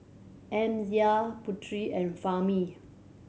Amsyar Putri and Fahmi